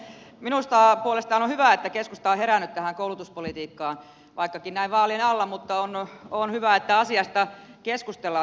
minusta puolestaan on hyvä että keskusta on herännyt tähän koulutuspolitiikkaan vaikkakin näin vaalien alla sillä on hyvä että asiasta keskustellaan